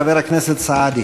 חבר הכנסת סעדי.